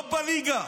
לא בליגה.